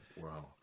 wow